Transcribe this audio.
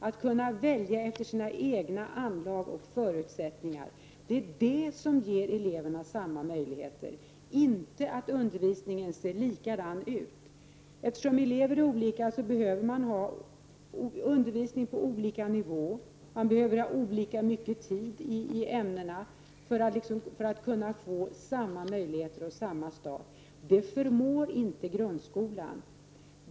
Att kunna välja efter sina egna anlag och förutsättningar ger elever samma möjligheter, inte det att undervisningen ser likadan ut. Eftersom elever är olika, behöver man ha undervisning på olika nivåer och olika mycket tid i ämnena för att få samma möjligheter och samma start. Det förmår inte grundskolan.